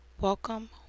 welcome